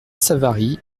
savary